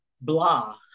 blah